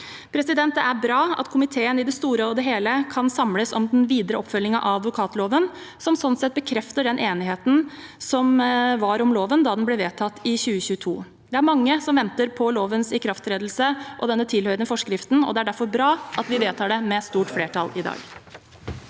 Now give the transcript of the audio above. flertall. Det er bra at komiteen i det store og hele kan samles om den videre oppfølgingen av advokatloven, som sånn sett bekrefter den enigheten som var om loven da den ble vedtatt i 2022. Det er mange som venter på lovens ikrafttredelse og den tilhørende forskriften, og det er derfor bra at vi vedtar det med stort flertall i dag.